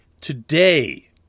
today